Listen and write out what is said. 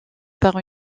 par